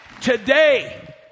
Today